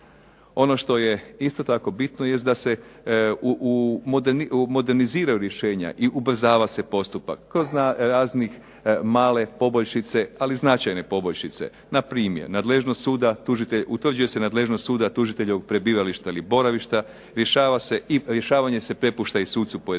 Ono što je isto tako bitno jest da se u moderniziraju rješenja i ubrzava se postupak, kroz raznih male poboljšice, ali značajne poboljšice. Npr. nadležnost suda, utvrđuje se nadležnost suda tužiteljevog prebivališta ili boravišta, rješavanje se prepušta i sucu pojedincu,